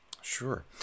Sure